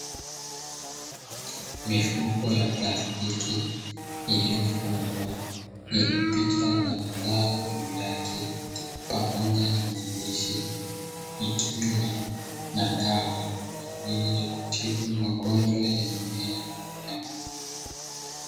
Mifuko ya plastiki iliyofungwa na yenye picha za mazao juu yake, pamoja na maandishi ikiwa na dawa kwa ajili ya kutibu magonjwa ya mimea na wanyama.